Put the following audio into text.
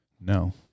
no